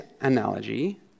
analogy